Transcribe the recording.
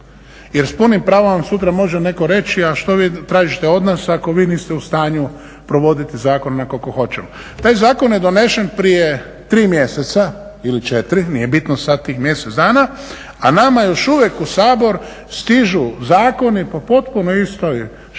Jer s punim pravom nam sutra može netko reći a što vi tražite od nas ako vi niste u stanju provoditi zakon onako kako hoćemo. Taj zakon je donesen prije tri mjeseca ili četiri, nije bitno sada tih mjesec dana a nama još uvijek u Sabor stižu zakoni po potpuno istoj špranci